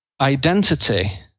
identity